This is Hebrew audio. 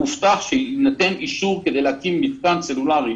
.הובטח שיינתן אישור כדי להתקין מתקן סלולארי